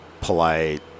polite